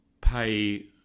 pay